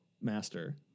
master